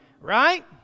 Right